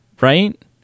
Right